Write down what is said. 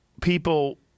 people